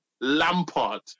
Lampard